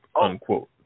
unquote